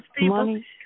money